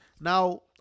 Now